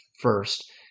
first